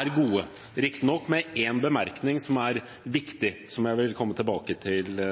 er gode, riktignok med én bemerkning som er viktig, og som jeg vil komme tilbake til.